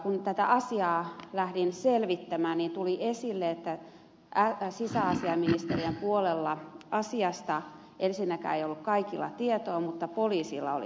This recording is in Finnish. kun tätä asiaa lähdin selvittämään niin tuli esille että sisäasiainministeriön puolella asiasta ensinnäkään ei ollut kaikilla tietoa mutta poliisilla oli tietoa